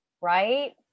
Right